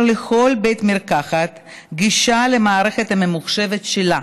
לכל בית מרקחת גישה למערכת הממוחשבת שלה,